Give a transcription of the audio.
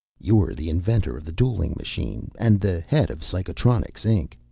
you're the inventor of the dueling machine and the head of psychonics, inc.